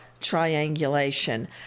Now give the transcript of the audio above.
triangulation